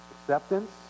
acceptance